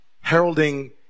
heralding